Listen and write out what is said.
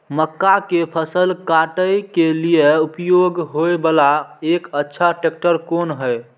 मक्का के फसल काटय के लिए उपयोग होय वाला एक अच्छा ट्रैक्टर कोन हय?